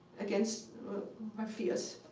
against my fears,